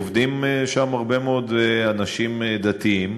עובדים שם הרבה מאוד אנשים דתיים,